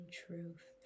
truth